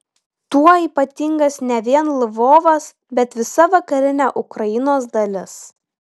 tuo ypatingas ne vien lvovas bet visa vakarinė ukrainos dalis